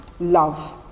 love